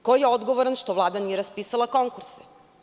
Ko je odgovoran što Vlada nije raspisala konkurse?